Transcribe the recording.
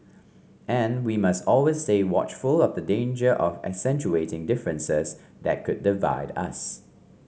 and we must always stay watchful of the danger of accentuating differences that could divide us